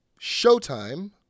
Showtime –